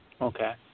okay